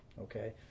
Okay